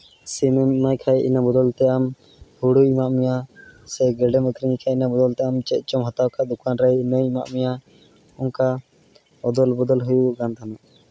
ᱥᱤᱢᱮᱢ ᱮᱢᱟᱭ ᱠᱷᱟᱡ ᱤᱱᱟᱹ ᱵᱚᱫᱚᱞ ᱛᱮ ᱟᱢ ᱦᱳᱲᱳᱭ ᱮᱢᱟᱢᱟ ᱥᱮ ᱜᱮᱰᱮᱜ ᱟᱹᱠᱷᱨᱤᱧᱮ ᱠᱷᱟᱡ ᱤᱱᱟᱹ ᱵᱚᱫᱚᱞᱛᱮ ᱟᱢ ᱪᱮᱫ ᱪᱚᱢ ᱦᱟᱛᱟᱣ ᱠᱷᱟᱡ ᱫᱚ ᱫᱚᱠᱟᱱᱨᱮ ᱤᱱᱟᱹᱭ ᱮᱢᱟᱜ ᱢᱮᱭᱟ ᱚᱱᱠᱟ ᱚᱫᱚᱞ ᱵᱚᱫᱚᱞ ᱦᱩᱭᱩᱜᱚᱜ ᱠᱟᱱ ᱛᱟᱦᱮᱱᱚᱜ